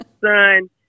son